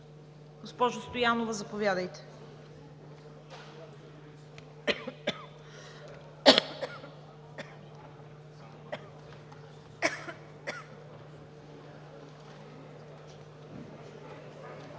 Госпожо Стоянова, заповядайте.